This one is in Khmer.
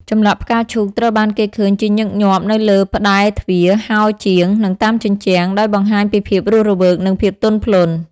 ចម្លាក់ផ្កាឈូកត្រូវបានគេឃើញជាញឹកញាប់នៅលើ ផ្តែរទ្វារ ហោជាង និងតាមជញ្ជាំង ដោយបង្ហាញពីភាពរស់រវើក និងភាពទន់ភ្លន់។